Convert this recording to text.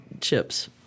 chips